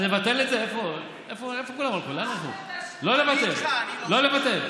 איך אתה יכול להתמודד עם